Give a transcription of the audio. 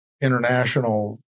international